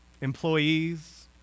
employees